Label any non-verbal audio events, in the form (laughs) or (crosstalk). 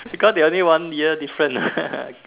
because they only one year difference (laughs)